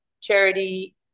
charity